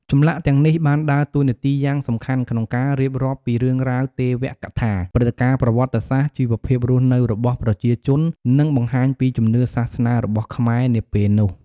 ចម្លាក់ទាំងនេះបានដើរតួនាទីយ៉ាងសំខាន់ក្នុងការរៀបរាប់ពីរឿងរ៉ាវទេវកថា ព្រឹត្តិការណ៍ប្រវត្តិសាស្ត្រ ជីវភាពរស់នៅរបស់ប្រជាជន និងបង្ហាញពីជំនឿសាសនារបស់ខ្មែរនាពេលនោះ។